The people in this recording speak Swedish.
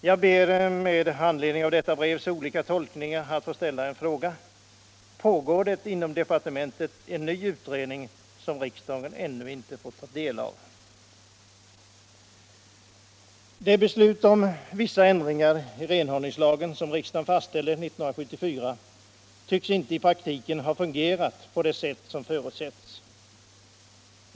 Jag ber med anledning av de olika tolkningar av vad som förekommit i detta sammanhang att få ställa en fråga. Pågår det inom departementet en ny utredning som riksdagen ännu inte fått ta del av? Det beslut om vissa ändringar i renhållningslagen som riksdagen fastställde 1974 tycks inte i praktiken ha fungerat på det sätt som förutsatts.